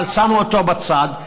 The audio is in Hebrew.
אבל שמו אותו בצד.